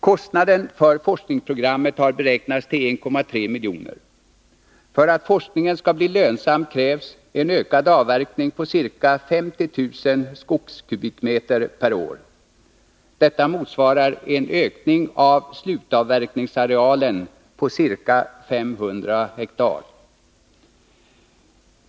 Kostnaden för forskningsprogrammet har beräknats till 1,3 miljoner. För att forskningen skall bli lönsam krävs en ökad avverkning på ca 50 000 skogskubikmeter per år. Detta motsvarar en ökning av slutavverkningsarealen på ca 500 ha.